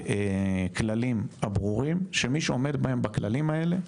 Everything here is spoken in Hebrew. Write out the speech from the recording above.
כללים הברורים שמי שעומד בהם בכללים האלה,